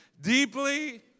Deeply